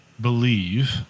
believe